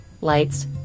lights